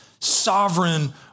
sovereign